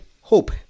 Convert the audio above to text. hope